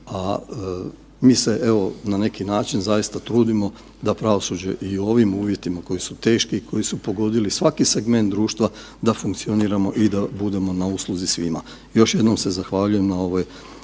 a mi se evo na neki način trudimo da pravosuđe i u ovim uvjetima koji su teški i koji su pogodili svaki segment društva da funkcioniramo i da budemo na usluzi svima. Još jednom se zahvaljujem na ovoj